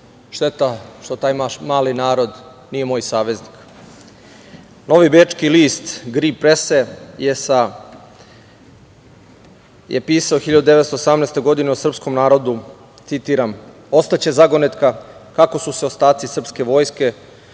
šteta što taj mali narod nije moj saveznik. Novi bečki list „Gri prese“ je pisao 1918. godine o srpskom narodu, citiram – ostaće zagonetka kako su se ostaci srpske vojske